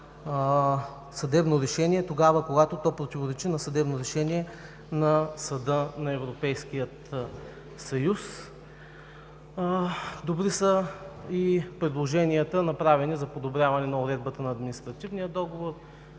съдебно решение, когато противоречи на съдебно решение на Съда на Европейския съюз. Добри са предложенията за подобряване уредбата на административния договор.